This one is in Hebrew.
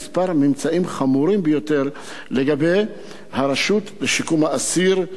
ממצאים חמורים ביותר לגבי הרשות לשיקום האסיר,